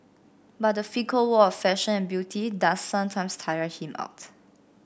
but the fickle world of fashion and beauty does sometimes tire him out